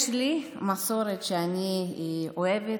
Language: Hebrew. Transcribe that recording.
יש לי מסורת שאני אוהבת,